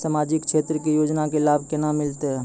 समाजिक क्षेत्र के योजना के लाभ केना मिलतै?